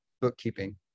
bookkeeping